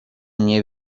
nie